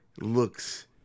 looks